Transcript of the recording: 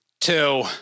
Two